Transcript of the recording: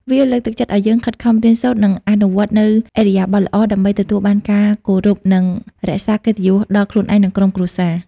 វាលើកទឹកចិត្តឱ្យយើងខិតខំរៀនសូត្រ និងអនុវត្តនូវឥរិយាបទល្អ ដើម្បីទទួលបានការគោរព និងរក្សាកិត្តិយសដល់ខ្លួនឯង និងក្រុមគ្រួសារ។